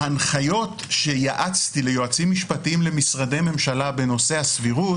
ההנחיות שייעצתי ליועצים משפטיים למשרדי ממשלה בנושא הסבירות,